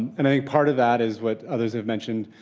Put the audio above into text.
and i think part of that is what others have mentioned,